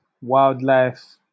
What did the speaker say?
wildlife